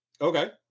Okay